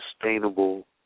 sustainable